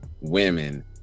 women